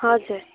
हजुर